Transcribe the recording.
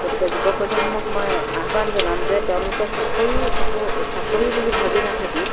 গতিকে যুৱ প্ৰজন্মক মই আহ্বান জনাম যে তেওঁলোকে চাকৰি হৈ চাকৰি বুলি ভাবি নাথাকি